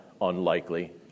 unlikely